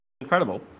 Incredible